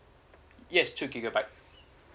yes two gigabytes